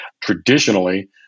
Traditionally